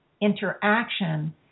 interaction